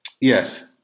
yes